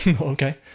Okay